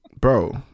Bro